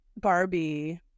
Barbie